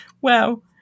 wow